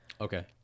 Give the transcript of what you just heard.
Okay